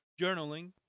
journaling